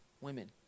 women